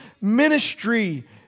ministry